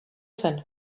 zen